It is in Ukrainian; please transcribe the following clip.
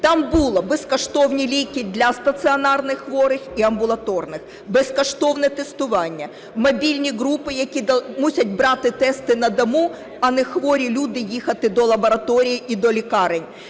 Там було: безкоштовні ліки для стаціонарних хворих і амбулаторних, безкоштовне тестування, мобільні групи, які мусять брати тести на дому, а не хворі люди їхати до лабораторій і до лікарень.